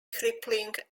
crippling